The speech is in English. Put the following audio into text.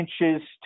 inches